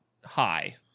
high